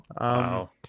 wow